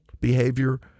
behavior